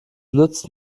nützt